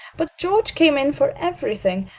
but george came in for everything.